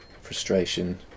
frustration